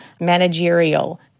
managerial